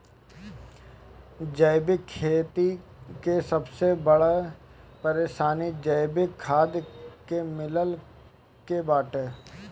जैविक खेती के सबसे बड़ परेशानी जैविक खाद के मिलला के बाटे